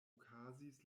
okazis